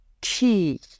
key